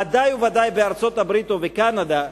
ודאי וודאי בארצות-הברית ובקנדה,